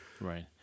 right